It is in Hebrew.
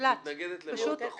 יש מחנות פליטים